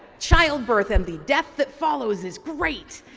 childbirth and the death that follows is great.